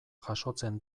jasotzen